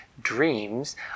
dreams